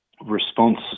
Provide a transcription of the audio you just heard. response